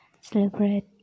celebrate